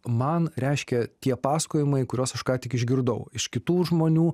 man reiškia tie pasakojimai kuriuos aš ką tik išgirdau iš kitų žmonių